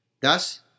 Thus